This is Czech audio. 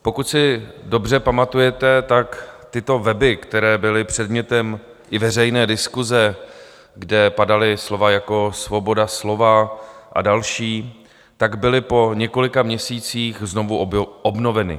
Pokud si dobře pamatujete, tak tyto weby, které byly předmětem i veřejné diskuse, kde padala slova jako svoboda slova a další, tak byly po několika měsících znovu obnoveny.